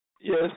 Yes